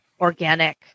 organic